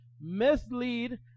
mislead